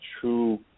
true